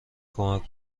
کمک